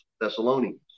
Thessalonians